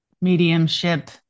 Mediumship